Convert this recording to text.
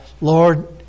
Lord